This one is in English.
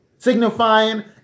Signifying